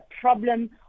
problem